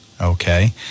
okay